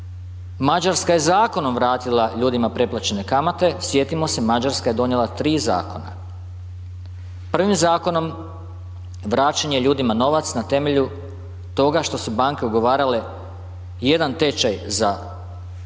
Mađarska je zakonom vratila ljudima preplaćene kamate, sjetimo se Mađarska je donijela 3 zakona, prvim zakonom vraćen je ljudima novac na temelju toga što su banke ugovarale jedan tečaj za